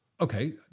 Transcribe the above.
Okay